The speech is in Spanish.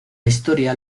historia